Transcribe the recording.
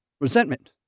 resentment